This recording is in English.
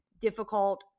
difficult